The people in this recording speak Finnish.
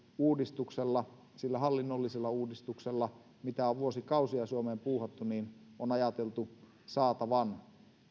uudistuksella sillä hallinnollisella uudistuksella mitä on vuosikausia suomeen puuhattu on ajateltu saatavan